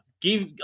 Give